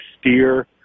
steer